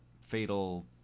fatal